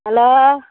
hello